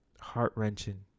heart-wrenching